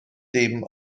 ddim